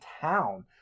town